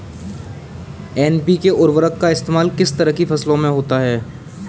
NPK उर्वरक का इस्तेमाल किस तरह की फसलों में होता है?